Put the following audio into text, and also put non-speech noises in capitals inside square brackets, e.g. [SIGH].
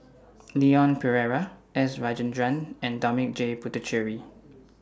[NOISE] Leon Perera S Rajendran and Dominic J Puthucheary